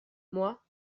moi